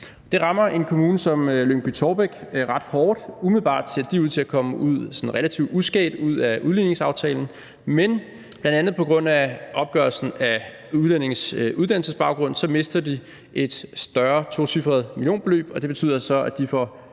Det rammer en kommune som Lyngby-Taarbæk ret hårdt. Umiddelbart ser de ud til at komme sådan relativt uskadt ud af udligningsaftalen, men bl.a. på grund af opgørelsen af udlændinges uddannelsesbaggrund mister de et større tocifret millionbeløb, og det betyder så, at de